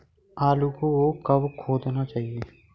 आलू को कब खोदना चाहिए?